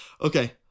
Okay